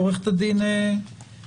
עורכת הדין פרישמן?